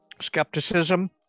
skepticism